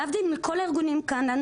להבדיל מכל הארגונים כאן,